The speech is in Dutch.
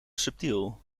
subtiel